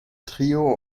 trio